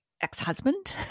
ex-husband